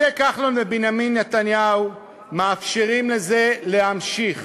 משה כחלון ובנימין נתניהו מאפשרים לזה להמשיך